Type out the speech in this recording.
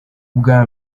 ubwa